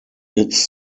its